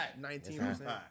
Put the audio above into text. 19%